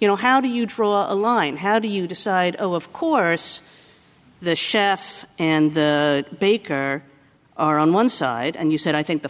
you know how do you draw a line how do you decide oh of course the chef and baker are on one side and you said i think the